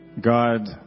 God